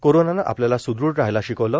कोरोनाने आपल्याला सुदृढ राहायला शिकवले